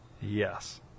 Yes